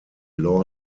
law